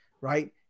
Right